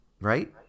right